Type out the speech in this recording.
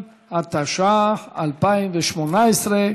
התשע"ח 2018,